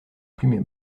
plumet